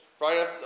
Right